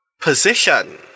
position